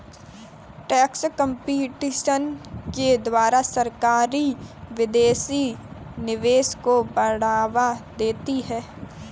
tax competition के द्वारा सरकारी विदेशी निवेश को बढ़ावा देती है